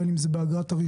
בין אם זה באגרת הרישוי,